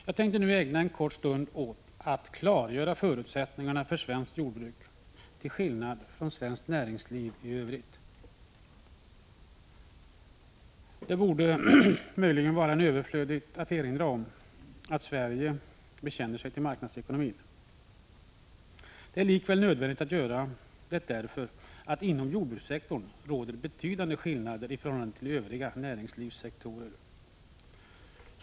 Jag tänker nu ägna en kort stund åt att klargöra förutsättningarna för svenskt jordbruk till skillnad från svenskt näringsliv i övrigt. Det borde möjligen vara överflödigt att erinra om att Sverige bekänner sig till marknadsekonomin. Det är likväl nödvändigt att göra det därför att det är betydande skillnader mellan jordbrukssektorn och övriga näringslivssekto 109 rer.